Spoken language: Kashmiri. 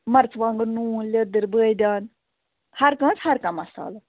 مرژٕونٛگن نوٗن لیٚدٕر بٲدیان ہر کانٛہہ حظ ہر کانٛہہ مصالہٕ